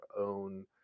own